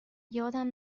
یادم